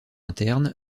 interne